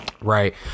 Right